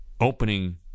opening